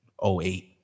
08